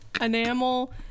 enamel